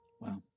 Wow